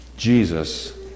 Jesus